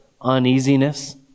uneasiness